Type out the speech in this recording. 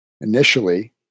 initially